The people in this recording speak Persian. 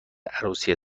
عروسی